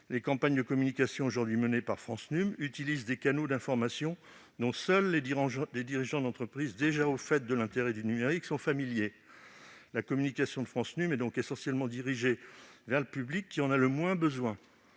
les campagnes de communication aujourd'hui menées par France Num empruntent des canaux d'information, dont seuls les dirigeants d'entreprise déjà au fait de l'intérêt du numérique sont familiers. La communication de France Num est donc essentiellement dirigée vers le public qui en a le moins besoin.